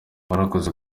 warakoze